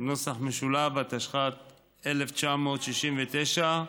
התשכ"ט 1969,